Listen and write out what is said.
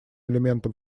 элементом